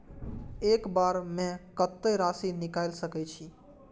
एक बार में कतेक राशि निकाल सकेछी?